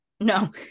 No